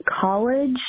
college